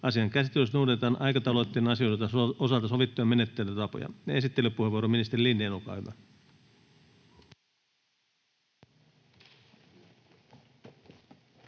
Asian käsittelyssä noudatetaan aikataulutettujen asioiden osalta sovittuja menettelytapoja. — Esittelypuheenvuoro, ministeri Lindén, olkaa hyvä.